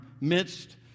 midst